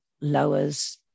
lowers